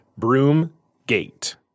Broomgate